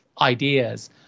ideas